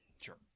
Sure